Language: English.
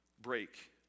break